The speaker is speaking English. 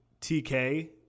TK